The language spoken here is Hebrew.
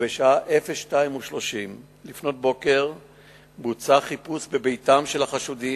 ובשעה 02:30 בוצע חיפוש בביתם של החשודים,